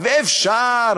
ואפשר,